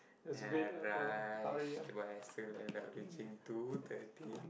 ah right but I still end up reaching two thirty